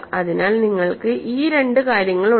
അതിനാൽ നിങ്ങൾക്ക് ഈ രണ്ട് കാര്യങ്ങളുണ്ട്